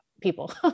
people